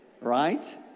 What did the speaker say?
Right